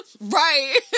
right